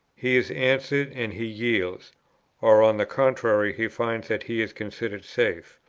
he is answered, and he yields or on the contrary he finds that he is considered safe.